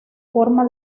forma